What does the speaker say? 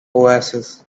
oasis